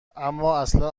امااصلا